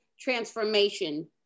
transformation